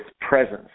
presence